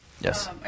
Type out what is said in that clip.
Yes